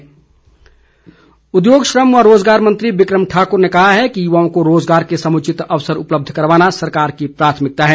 बिक्रम उद्योग श्रम व रोजगार मंत्री बिक्रम ठाकुर ने कहा है कि युवाओं को रोजगार के समुचित अवसर उपलब्ध करवाना सरकार की प्राथमिकता है